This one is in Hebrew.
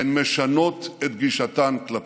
והן משנות את גישתן כלפינו.